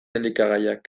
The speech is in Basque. elikagaiak